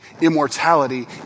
immortality